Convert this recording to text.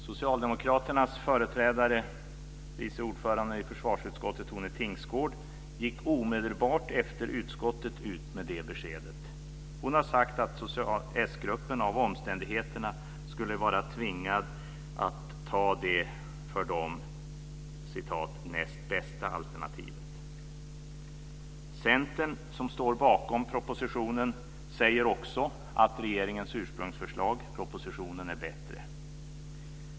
Socialdemokraternas företrädare, vice ordföranden i försvarsutskottet, Tone Tingsgård gick omedelbart ut från utskottet med det beskedet. Hon har sagt att s-gruppen med tanke på omständigheterna var tvingad att ta det "näst bästa alternativet". Centern, som står bakom propositionen, säger också att regeringens ursprungsförslag, propositionen, är bättre.